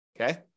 okay